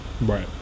Right